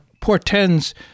portends